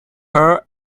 her